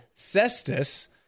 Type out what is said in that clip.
Cestus